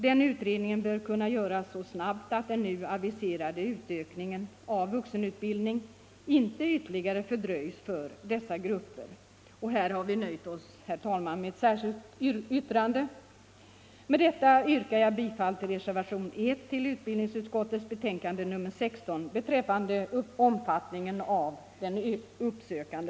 Den utredningen bör kunna göras så snabbt att den nu aviserade utökningen av vuxenutbildningen inte ytterligare fördröjs för dessa grupper. Här har vi, herr talman, i dag nöjt oss med ett särskilt yttrande.